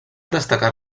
destacar